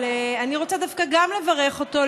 אבל גם אני דווקא רוצה לברך אותו,